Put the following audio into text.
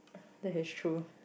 that is true